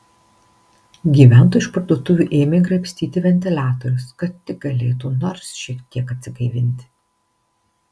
gyventojai iš parduotuvių ėmė graibstyti ventiliatorius kad tik galėtų nors šiek tiek atsigaivinti